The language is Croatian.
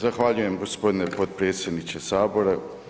Zahvaljujem gospodine potpredsjedniče Sabora.